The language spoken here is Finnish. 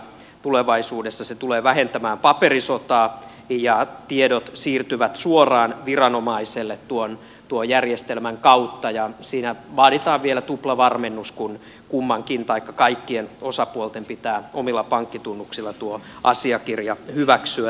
tulevaisuudessa se tulee vähentämään paperisotaa ja tiedot siirtyvät suoraan viranomaiselle tuon järjestelmän kautta ja siinä vaaditaan vielä tuplavarmennus kun kaikkien osapuolten pitää omilla pankkitunnuksilla tuo asiakirja hyväksyä